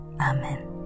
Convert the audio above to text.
Amen